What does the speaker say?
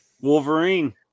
wolverine